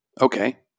Okay